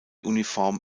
uniform